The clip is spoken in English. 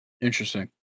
Interesting